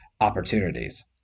opportunities